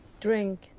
Drink